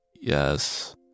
Yes